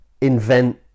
invent